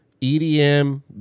EDM